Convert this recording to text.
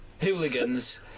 hooligans